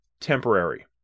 temporary